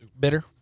Bitter